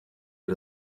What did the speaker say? wir